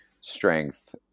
strength